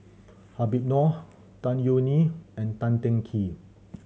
Habib Noh Tan Yeok Nee and Tan Teng Kee